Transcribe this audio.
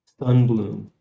Sunbloom